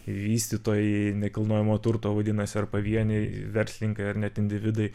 vystytojai nekilnojamo turto vadinasi ar pavieniai verslininkai ar net individai